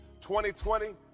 2020